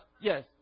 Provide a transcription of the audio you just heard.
Yes